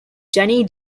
janie